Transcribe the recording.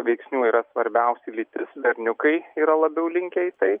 veiksnių yra svarbiausi lytis berniukai yra labiau linkę į tai